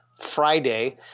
Friday